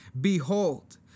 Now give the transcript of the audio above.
behold